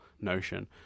notion